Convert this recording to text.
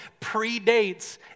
predates